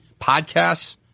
podcasts